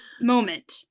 moment